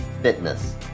fitness